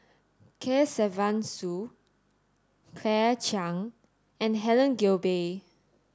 Kesavan Soon Claire Chiang and Helen Gilbey